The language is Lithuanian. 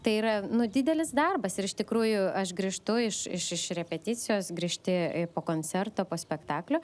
tai yra nu didelis darbas ir iš tikrųjų aš grįžtu iš iš iš repeticijos grįžti po koncerto po spektaklio